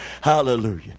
Hallelujah